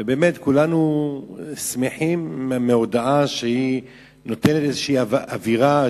ובאמת כולנו שמחים מהודעה שנותנת איזו אווירה,